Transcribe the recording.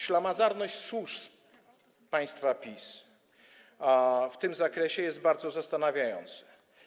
Ślamazarność służb państwa PiS w tym zakresie jest bardzo zastanawiająca.